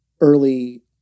early